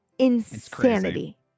Insanity